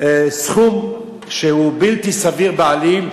סכום שהוא בלתי סביר בעליל,